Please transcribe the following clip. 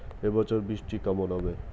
এবছর বৃষ্টি কেমন হবে?